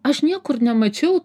aš niekur nemačiau